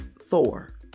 Thor